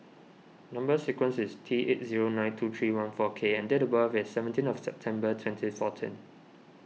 Number Sequence is T eight zero nine two three one four K and date of birth is seventeen of September twenty fourteen